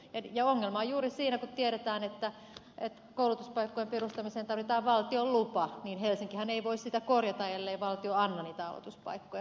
ongelma on juuri siinä kun tiedetään että koulutuspaikkojen perustamiseen tarvitaan valtion lupa ja helsinkihän ei voi sitä korjata ellei valtio anna niitä aloituspaikkoja